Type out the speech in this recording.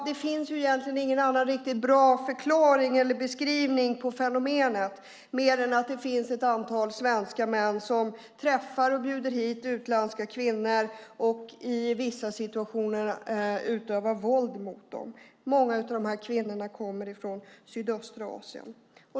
Det finns egentligen ingen annan riktigt bra förklaring eller beskrivning av fenomenet mer än att det finns ett antal svenska män som träffar och bjuder hit utländska kvinnor och i vissa situationer utövar våld mot dem. Många av de kvinnorna kommer från sydöstra Asien.